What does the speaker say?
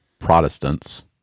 Protestants